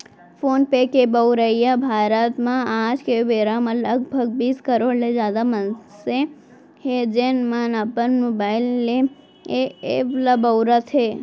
phone पे के बउरइया भारत म आज के बेरा म लगभग बीस करोड़ ले जादा मनसे हें, जेन मन अपन मोबाइल ले ए एप ल बउरत हें